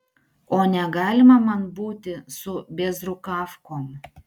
o negalima man būti su bėzrukavkom